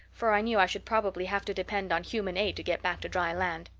for i knew i should probably have to depend on human aid to get back to dry land.